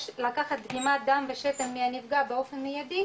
יש לקחת דגימת דם מהנפגע באופן מיידי